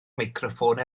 meicroffon